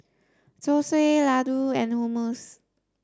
Zosui Ladoo and Hummus